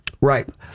Right